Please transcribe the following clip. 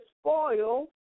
spoil